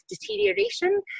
deterioration